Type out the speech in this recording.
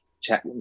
check